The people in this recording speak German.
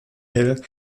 hill